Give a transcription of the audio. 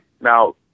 Now